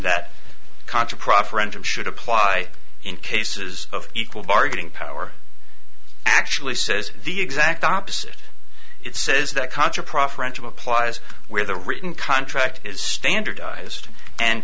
that contra proffer engine should apply in cases of equal bargaining power actually says the exact opposite it says that contra proffering to applies where the written contract is standardized and